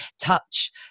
Touch